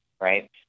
right